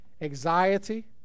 anxiety